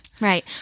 Right